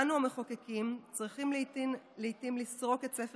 אנו המחוקקים צריכים לעיתים לסרוק את ספר